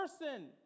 person